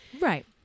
Right